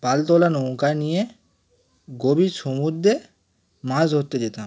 পালতোলা নৌকা নিয়ে গভীর সমুদ্রে মাছ ধরতে যেতাম